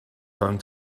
going